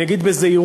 אני אגיד בזהירות,